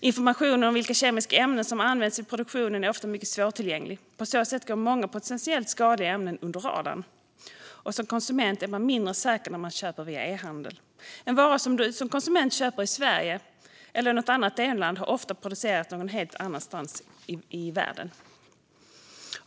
Information om vilka kemiska ämnen som använts vid produktionen är ofta mycket svårtillgänglig. På så sätt går många potentiellt skadliga ämnen under radarn. Som konsument är man mindre säker när man köper något via e-handel. En vara som du som konsument köper i Sverige, eller i något annat EU-land, har ofta producerats någon helt annanstans i världen.